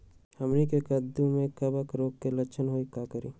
हमनी के कददु में कवक रोग के लक्षण हई का करी?